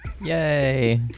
yay